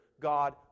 God